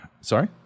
Sorry